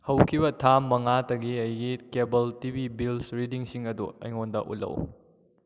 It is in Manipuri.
ꯍꯧꯈꯤꯕ ꯊꯥ ꯃꯉꯥꯗꯒꯤ ꯑꯩꯒꯤ ꯀꯦꯕꯜ ꯇꯤ ꯚꯤ ꯕꯤꯜꯁ ꯔꯤꯗꯤꯡꯁꯤꯡ ꯑꯗꯨ ꯑꯩꯉꯣꯟꯗ ꯎꯠꯂꯛꯎ